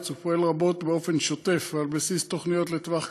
ופועל רבות באופן שוטף ועל בסיס תוכניות לטווח קצר,